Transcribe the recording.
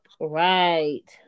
Right